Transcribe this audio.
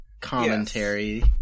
commentary